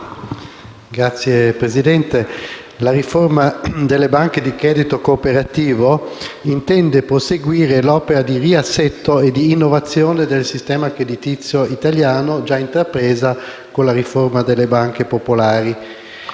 Signora Presidente, la riforma delle banche di credito cooperativo intende proseguire l'opera di riassetto e di innovazione del sistema creditizio italiano, già intrapresa con la riforma delle banche popolari.